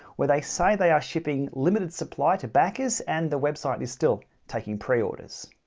where they say they are shipping limited supply to backers and the website is still taking pre-orders.